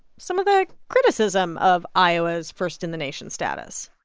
some of the criticism of iowa's first-in-the-nation status